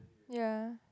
ya